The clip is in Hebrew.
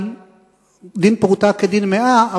דין פרוטה כדין מאה,